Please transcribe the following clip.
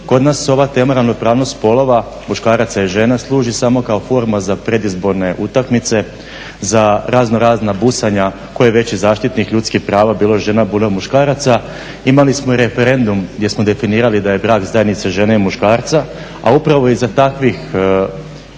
Kod nas se ova tema ravnopravnost spolova muškaraca i žena služi samo kao forma za predizborne utakmice, za razno razna busanja ko je veći zaštitnih prava bilo žena bilo muškaraca. Imali smo i referendum gdje smo definirali da je brak zajednica žene i muškarca, a upravo iza takvih